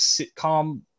sitcom